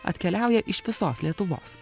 atkeliauja iš visos lietuvos